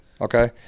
Okay